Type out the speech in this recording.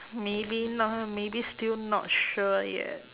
maybe not maybe still not sure yet